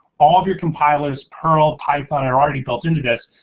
all of your compilers, pearl, typeliner are already built into this,